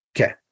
Okay